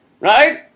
right